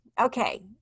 okay